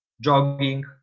jogging